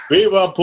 Viva